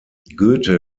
goethe